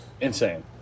Insane